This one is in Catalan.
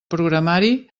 programari